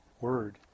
word